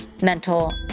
mental